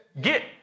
Get